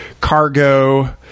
cargo